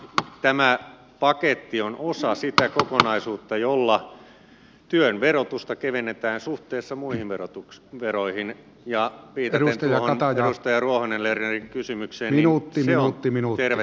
tämä paketti on osa sitä kokonaisuutta jolla työn verotusta kevennetään suhteessa muihin veroihin ja viitaten tuohon edustaja ruohonen lernerin kysymykseen se on tervettä talouspolitiikkaa